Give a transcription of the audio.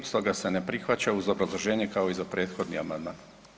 Stoga se ne prihvaća uz obrazloženje kao i za prethodni amandman.